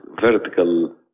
vertical